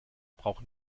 brauchen